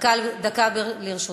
דקה לרשותך.